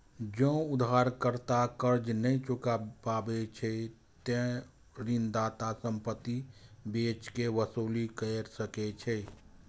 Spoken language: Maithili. जौं उधारकर्ता कर्ज नै चुकाय पाबै छै, ते ऋणदाता संपत्ति बेच कें वसूली कैर सकै छै